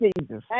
Jesus